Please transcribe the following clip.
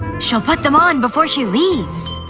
she'll put them on before she leaves!